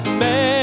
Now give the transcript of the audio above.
man